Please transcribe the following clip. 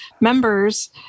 members